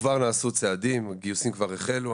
כבר נעשו צעדים, גיוסים כבר החלו.